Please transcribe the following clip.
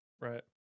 Right